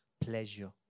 pleasure